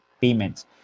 payments